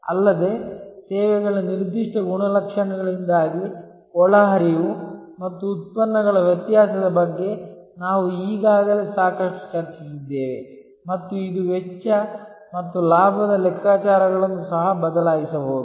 ಅಲ್ಲದೆ ಸೇವೆಗಳ ನಿರ್ದಿಷ್ಟ ಗುಣಲಕ್ಷಣಗಳಿಂದಾಗಿ ಒಳಹರಿವು ಮತ್ತು ಉತ್ಪನ್ನಗಳ ವ್ಯತ್ಯಾಸದ ಬಗ್ಗೆ ನಾವು ಈಗಾಗಲೇ ಸಾಕಷ್ಟು ಚರ್ಚಿಸಿದ್ದೇವೆ ಮತ್ತು ಇದು ವೆಚ್ಚ ಮತ್ತು ಲಾಭದ ಲೆಕ್ಕಾಚಾರಗಳನ್ನು ಸಹ ಬದಲಾಯಿಸಬಹುದು